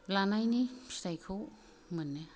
लानायनि फिथाइखौ मोन्नो हायो